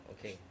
Okay